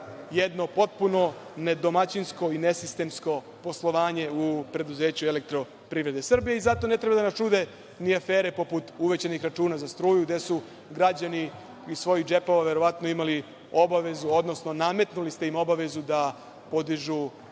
jedno potpuno nedomaćinsko i nesistemsko poslovanje u preduzeću EPS. Zato ne treba da nas čude ni afere poput uvećanih računa za struju, gde su građani iz svojih džepova verovatno imali obavezu, odnosno nametnuli ste im obavezu da podižu